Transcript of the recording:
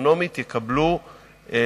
סוציו-אקונומית יקבלו תגבור.